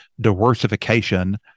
diversification